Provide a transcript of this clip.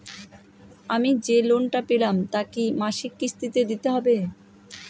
আমি যে লোন টা পেলাম তা কি মাসিক কিস্তি তে দিতে হবে?